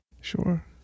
Sure